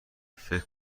فکر